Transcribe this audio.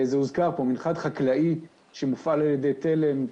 זה הוזכר פה מנחת חקלאי שמופעל על-ידי חברת תל"ם,